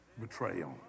betrayal